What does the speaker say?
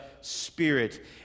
Spirit